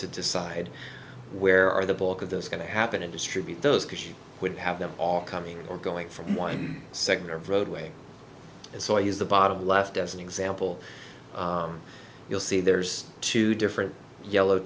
to decide where are the bulk of those going to happen and distribute those because you would have them all coming or going from one sector of roadway so i use the bottom left as an example you'll see there's two different yellow